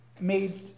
made